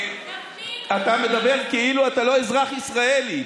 אתה מדבר כאילו אתה לא אזרח ישראלי,